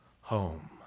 home